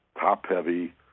top-heavy